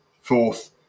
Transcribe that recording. Fourth